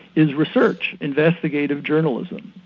is research, investigative journalism.